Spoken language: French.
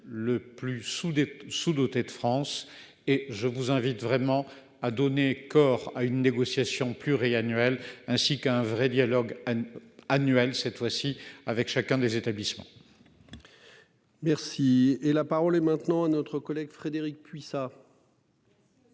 des sous-dotées de France et je vous invite vraiment à donner corps à une négociation pluriannuelle ainsi qu'un vrai dialogue. Annuel cette fois-ci avec chacun des établissements. Merci et. La parole est maintenant à notre collègue Frédérique Puissat.